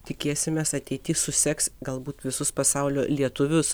tikėsimės ateity susegs galbūt visus pasaulio lietuvius